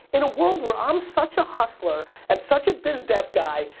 in a world where i'm such a hustler and such a biz dev guy,